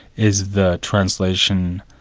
is the translation,